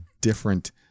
different